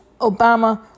Obama